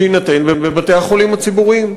שיינתן בבתי-החולים הציבוריים?